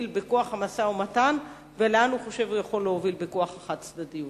בכוח המשא-ומתן ולאן הוא חושב שהוא יכול להוביל בכוח החד-צדדיות.